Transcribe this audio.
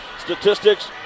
statistics